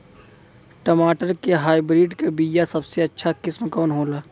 टमाटर के हाइब्रिड क बीया सबसे अच्छा किस्म कवन होला?